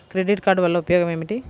Credit card వల్ల ఉపయోగం ఏమిటీ?